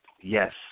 yes